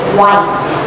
white